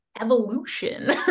evolution